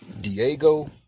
Diego